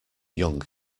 young